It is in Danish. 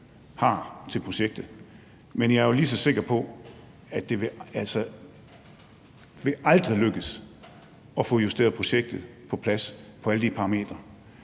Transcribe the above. har til projektet, men jeg er lige så sikker på, at det aldrig vil lykkes at få justeret projektet på plads på alle de parametre.